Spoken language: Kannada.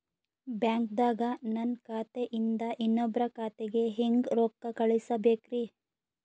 ಬ್ಯಾಂಕ್ದಾಗ ನನ್ ಖಾತೆ ಇಂದ ಇನ್ನೊಬ್ರ ಖಾತೆಗೆ ಹೆಂಗ್ ರೊಕ್ಕ ಕಳಸಬೇಕ್ರಿ?